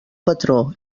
patró